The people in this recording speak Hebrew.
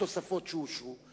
התוספות שאושרו,